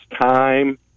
time